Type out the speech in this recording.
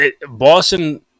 Boston